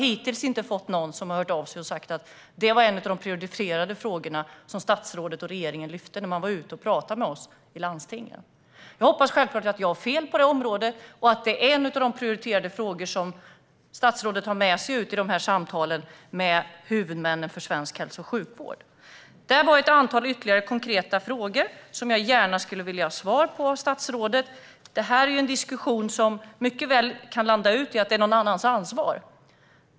Hittills har det inte varit någon som hört av sig och sagt att det var en av de prioriterade frågorna som statsrådet och regeringen lyfte upp när de var ute och pratade med landstingen. Jag hoppas självklart att jag har fel på det området och att det är en av de prioriterade frågor som statsrådet har med sig ut i samtalen med huvudmännen för svensk hälso och sjukvård. Det här var ytterligare ett antal konkreta frågor som jag gärna skulle vilja ha svar på av statsrådet. Det här är ju en diskussion som mycket väl kan landa i att det är någon annans ansvar.